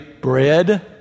bread